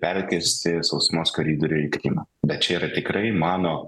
perkirsti sausumos koridorių į krymą bet čia yra tikrai mano